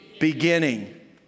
beginning